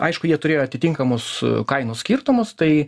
aišku jie turėjo atitinkamus kainų skirtumus tai